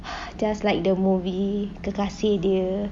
just like the movie kekasih dia